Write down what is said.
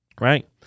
right